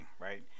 right